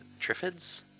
Triffids